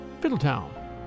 fiddletown